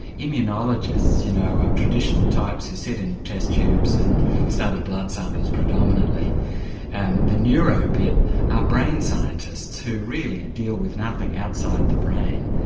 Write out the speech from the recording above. immunologists you know are traditional types who sit in test tubes and study blood samples predominantly and the neuro bit are brain scientists who really deal with nothing outside the brain.